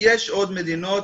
יש עוד מדינות.